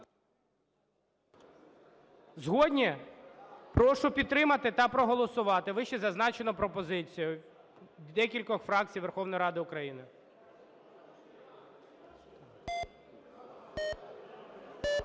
Згодні? Прошу підтримати та проголосувати вищезазначену пропозицію декількох фракцій Верховної Ради України.